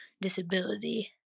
disability